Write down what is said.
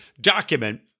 document